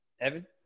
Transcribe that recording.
Evan